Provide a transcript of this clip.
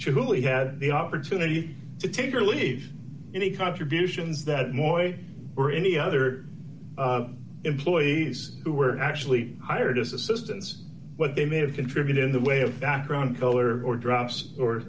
julie had the opportunity to take or leave any contributions that moyo or any other employees who were actually hired assistance but they may have contributed in the way of background color or drops or